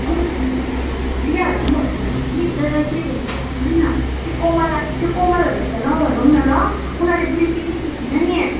अन्त दियाहरूलाई पनि भन्नुपर्छ कि तर के भन्छस् सुन न त्यो कोमललाई त्यो कोमलहरूलाई त नभनौँ न ल उनीहरूले बिल तिर्नु खोज्दैन नि